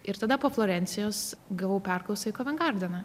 ir tada po florencijos gavau perklausą į koven gardeną